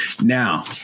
Now